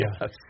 Yes